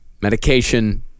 medication